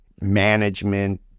management